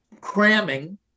cramming